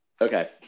Okay